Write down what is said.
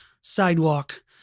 sidewalk